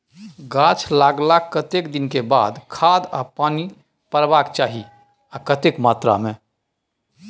गाछ लागलाक कतेक दिन के बाद खाद आ पानी परबाक चाही आ कतेक मात्रा मे?